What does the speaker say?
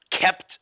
kept